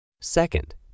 Second